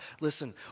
Listen